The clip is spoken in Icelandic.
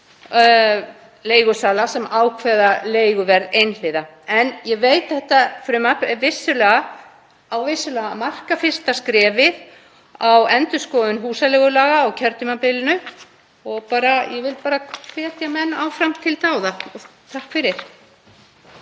leigusala sem ákveða leiguverð einhliða. En ég veit að þetta frumvarp á vissulega að marka fyrsta skrefið í endurskoðun húsaleigulaga á kjörtímabilinu og vil ég bara hvetja menn áfram til dáða. Takk fyrir.